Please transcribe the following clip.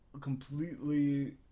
completely